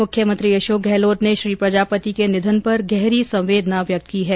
मुख्यमंत्री अशोक गहलोत ने श्री प्रजापति के निधन पर गहरी संवेदना व्यक्त की है